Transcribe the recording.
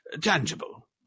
tangible